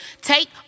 Take